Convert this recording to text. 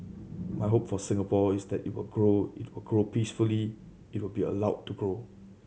my hope for Singapore is that it will grow it will grow peacefully it will be allowed to grow